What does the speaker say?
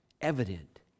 evident